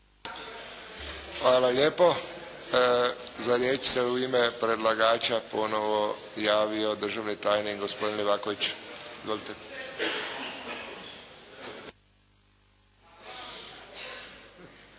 Hvala lijepo. Za riječ se u ime predlagača ponovo javio državni tajnik gospodin Livaković. Izvolite.